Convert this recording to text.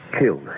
killed